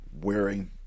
Wearing